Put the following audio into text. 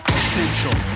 essential